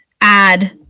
add